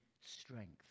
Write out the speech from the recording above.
strength